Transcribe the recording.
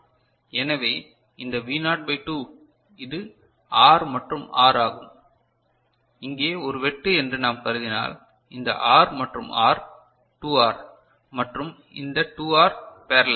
எனவே இந்த V nought by 2 இது ஆர் மற்றும் ஆர் ஆகும் இங்கே ஒரு வெட்டு என்று நாம் கருதினால் இந்த ஆர் மற்றும் ஆர் 2 ஆர் மற்றும் இந்த 2 ஆர் பேரலல்